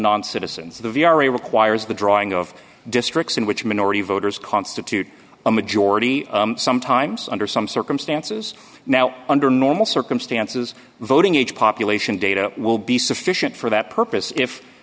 non citizens the requires the drawing of districts in which minority voters constitute a majority sometimes under some circumstances now under normal circumstances voting age population data will be sufficient for that purpose if